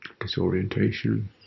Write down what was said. disorientation